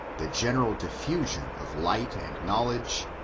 the general diffusion of light and knowledge,